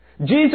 Jesus